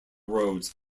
roads